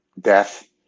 death